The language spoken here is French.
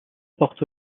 porte